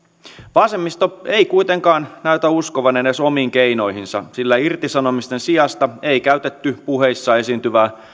vasemmisto ei kuitenkaan näytä uskovan edes omiin keinoihinsa sillä irtisanomisten sijasta ei käytetty puheissa esiintyvää